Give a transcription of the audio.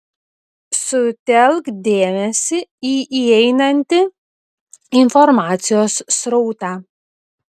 sutelk dėmesį į įeinantį informacijos srautą